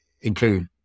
include